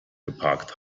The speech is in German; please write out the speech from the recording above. geparkt